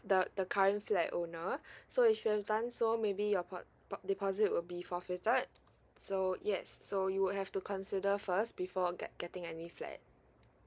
the the current flat owner so if you have done so maybe your part part deposit will be forfeited so yes so you have to consider first before get getting any flat